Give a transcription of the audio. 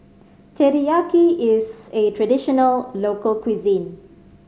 teriyaki is a traditional local cuisine